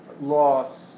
loss